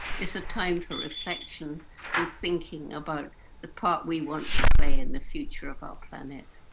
it's a time for reflection and thinking about the part we want to play in the future of our planet.